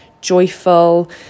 joyful